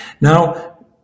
Now